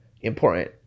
important